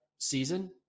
season